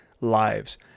lives